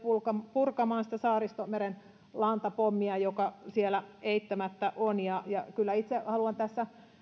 purkamaan saaristomeren lantapommia joka siellä eittämättä on kyllä itse haluan tässä